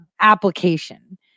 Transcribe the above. application